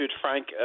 Frank